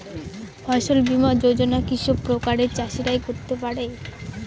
ফসল বীমা যোজনা কি সব প্রকারের চাষীরাই করতে পরে?